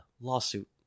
lawsuit